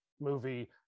movie